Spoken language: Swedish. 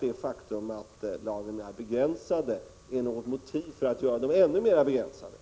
Det faktum att lagren är begränsade är alltså inte något motiv för att göra dem ännu mera begränsade.